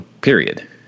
period